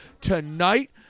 tonight